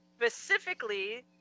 Specifically